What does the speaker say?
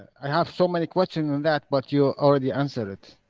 i have so many question on that, but you already answered it.